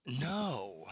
No